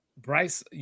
Bryce